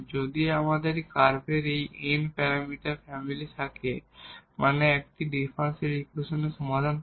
যদি আমাদের কার্ভের এই n প্যারামিটার ফ্যামিলি থাকে মানে একটি ডিফারেনশিয়াল ইকুয়েশনের সমাধান থাকে